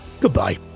goodbye